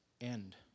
end